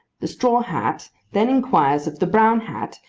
the straw hat then inquires of the brown hat,